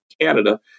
Canada